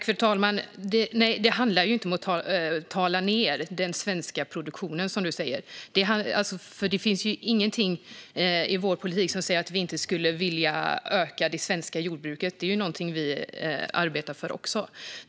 Fru talman! Det handlar inte om att, som du säger, prata ned den svenska produktionen. Det finns inget i vår politik som säger att vi inte skulle vilja öka det svenska jordbruket. Även vi arbetar ju för det.